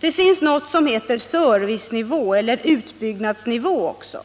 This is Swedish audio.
Det finns något som heter servicenivå eller utbyggnadsnivå också.